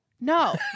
No